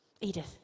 Edith